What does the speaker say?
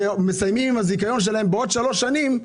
ומסיימים עם הזיכיון שלהם בעוד שלוש שנים,